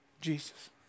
Jesus